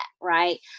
right